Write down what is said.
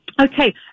Okay